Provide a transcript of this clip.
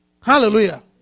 Hallelujah